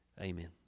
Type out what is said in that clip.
Amen